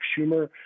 Schumer